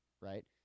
right